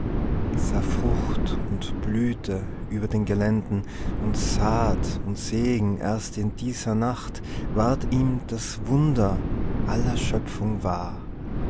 sah frucht und blüte über den geländen und saat und segen erst in dieser nacht ward ihm das wunder aller schöpfung wahr